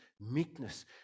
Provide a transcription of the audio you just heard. meekness